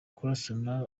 kurasana